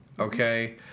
Okay